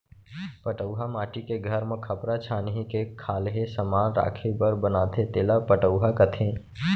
पटउहॉं माटी के घर म खपरा छानही के खाल्हे समान राखे बर बनाथे तेला पटउहॉं कथें